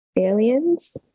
aliens